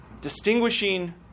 distinguishing